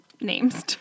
names